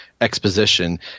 exposition